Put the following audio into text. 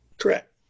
Correct